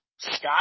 Scott